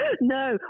No